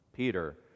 Peter